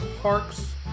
Parks